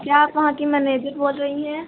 क्या आप वहाँ की मैनेजर बोल रही हैं